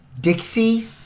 Dixie